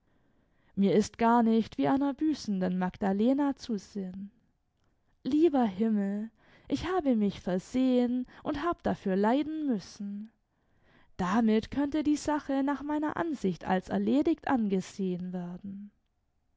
mir ist gar nicht wie einer büßenden magdalena zu sinn lieber himmel ich habe mich versehen und hab dafür leiden müssen damit könnte die sache nach meiner ansicht als erledigt angesehen werden